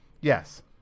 Yes